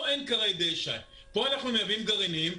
פה אין --- פה אנחנו מייבאים גרעינים,